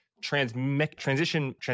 transition